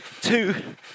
Two